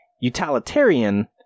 utilitarian